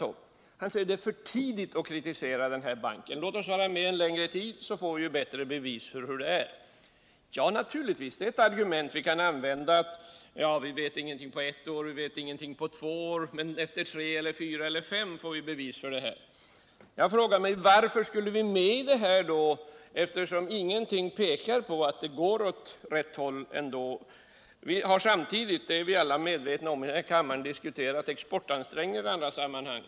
Han anser att det är för tidigt att kritisera den här banken och säger: Låt oss vara med en längre tid, så att vi får bättre bevis för hur den är! Ja, det är naturligtvis ett argument som vi kan använda. Vi kan säga alt vi inte vet någonting efter bara ett år eller efter två år. men efter tre eller fyra eller fem år får vi bevis. Jag frågar då varför Sverige skulle bli medlem i IDB, eftersom ingenting pekar på att det går åt rätt håll ändå. Vi har samtidigt — och det är vi alla medvetna om i den här kammaren — diskuterat våra ecxportanstränpgningar i andra sammanhang.